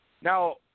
now